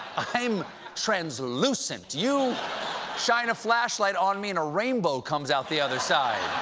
i am translucent. you shine a flash light on me and a rainbow comes out the other side.